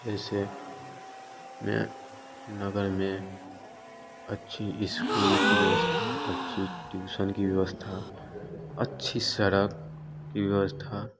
जैसे मैं नगर में अच्छे स्कूल की व्यवस्था अच्छे ट्यूशन की व्यवस्था अच्छी सड़क की व्यवस्था